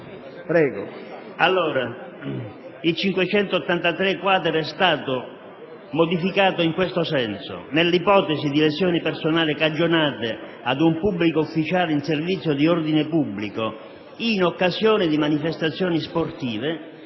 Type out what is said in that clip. L'articolo 583-*quater* è stato modificato in tal senso: «Nell'ipotesi di lesioni personali cagionate a un pubblico ufficiale in servizio di ordine pubblico, in occasione di manifestazioni sportive,